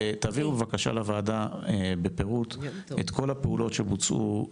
תעבירו בבקשה לוועדה בפירוט את כל הפעולות שבוצעו,